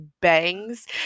bangs